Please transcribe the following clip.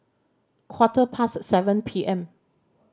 quarter past seven P M